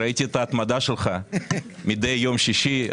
ראיתי את ההתמדה שלך מדי יום שישי.